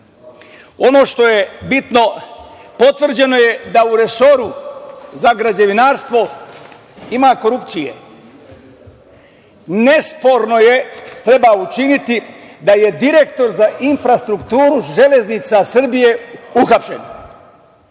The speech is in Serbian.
ono što je bitno, potvrđeno je da u resoru za građevinarstvo ima korupcije. Nesporno je, treba učiniti, da je direktor za infrastrukturu Železnica Srbije uhapšen.